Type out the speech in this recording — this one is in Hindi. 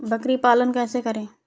बकरी पालन कैसे करें?